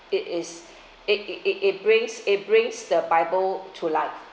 it is it it it it brings it brings the bible to life